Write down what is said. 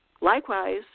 Likewise